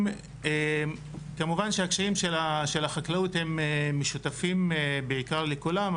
כמובן שהקשיים של החקלאות הם משותפים בעיקר לכולם,